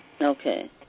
okay